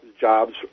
jobs